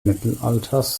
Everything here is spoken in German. mittelalters